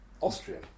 Austrian